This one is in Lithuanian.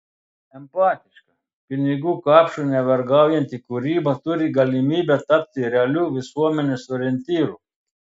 empatiška pinigų kapšui nevergaujanti kūryba turi galimybę tapti realiu visuomenės orientyru